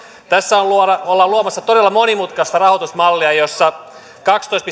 tässä ollaan luomassa todella monimutkaista rahoitusmallia jossa kaksitoista